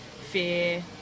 fear